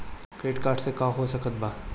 Credit card से का हो सकइत बा?